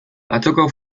atzoko